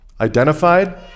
identified